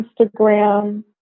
Instagram